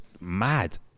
mad